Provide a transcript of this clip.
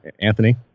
Anthony